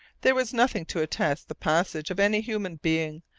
there was nothing to attest the passage of any human being,